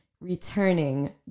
returning